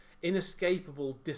inescapable